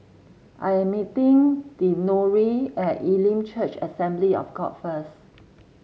I am meeting Deondre at Elim Church Assembly of God first